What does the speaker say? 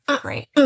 Great